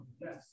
Yes